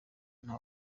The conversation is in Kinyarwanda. nta